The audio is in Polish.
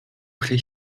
której